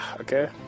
okay